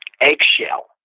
eggshell